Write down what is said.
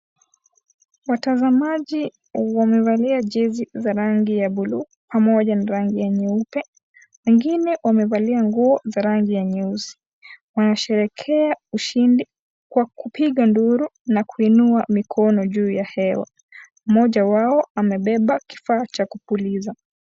Watazamaji wamevalia jezi za rangi ya buluu, pamoja na rangi ya nyeupe. Wengine, wamevalia nguo za rangi ya nyeusi. Wanasherehekea ushindi kwa kupiga nduru na kuinua mikono juu ya hewa. Mmoja wao, amebeba kifaa cha kupuliza.